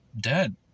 dead